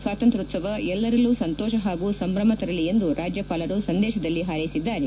ಸ್ನಾತಂತ್ರ್ಯೋತ್ಸವ ಎಲ್ಲರಲ್ಲೂ ಸಂತೋಷ ಹಾಗೂ ಸಂಭ್ರಮ ತರಲಿ ಎಂದು ರಾಜ್ಯಪಾಲರು ಸಂದೇಶದಲ್ಲಿ ಹಾರ್ಸೆಸಿದ್ದಾರೆ